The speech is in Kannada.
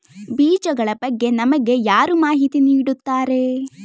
ಬೀಜಗಳ ಬಗ್ಗೆ ನಮಗೆ ಯಾರು ಮಾಹಿತಿ ನೀಡುತ್ತಾರೆ?